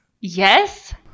Yes